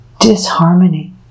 disharmony